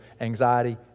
anxiety